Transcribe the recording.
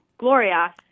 Gloria